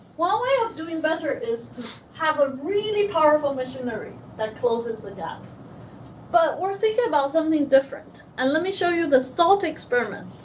one way of doing better is to have a really powerful machinery that closes the gap but we're thinking about something different. and let me show you the thought experiment.